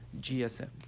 GSM